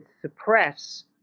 suppress